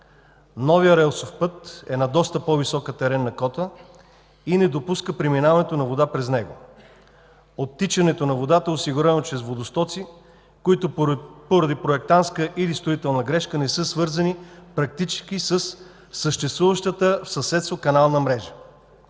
Новият релсов път е на доста по-висока теренна кота и не допуска преминаването на вода през него. Оттичането на водата е осигурено чрез водостоци, които поради проектантска или строителна грешка не са свързани практически със съществуващата в съседство канална мрежа.